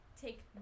take